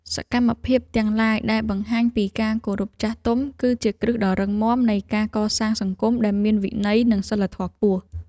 សកម្មភាពទាំងឡាយដែលបង្ហាញពីការគោរពចាស់ទុំ គឺជាគ្រឹះដ៏រឹងមាំនៃការកសាងសង្គមដែលមានវិន័យ និងសីលធម៌ខ្ពស់។